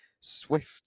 swift